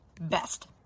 best